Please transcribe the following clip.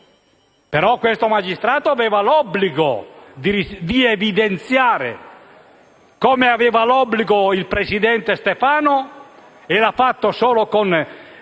Ma questo magistrato aveva l'obbligo di evidenziare, come aveva l'obbligo di fare il presidente Stefano (l'ha fatto solo con